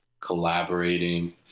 collaborating